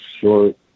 short